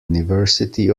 university